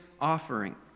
offering